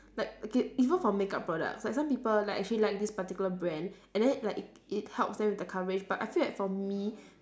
like okay even for makeup products like some people like actually like this particular brand and then like it it helps them with the coverage but I feel that for me